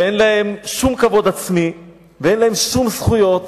ואין להם שום כבוד עצמי ואין להם שום זכויות,